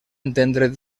entendre